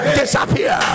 disappear